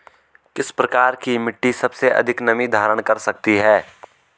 किस प्रकार की मिट्टी सबसे अधिक नमी धारण कर सकती है?